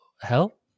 hell